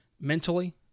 mentally